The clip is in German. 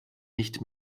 nicht